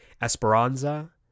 Esperanza